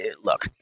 look